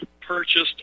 purchased